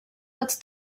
als